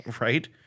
right